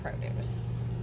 produce